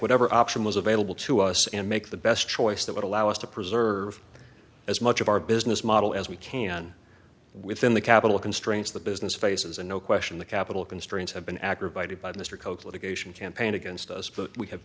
whatever option was available to us and make the best choice that would allow us to preserve as much of our business model as we can within the capital constraints the business faces and no question the capital constraints have been aggravated by mr coke litigation campaign against us we have